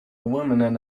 woman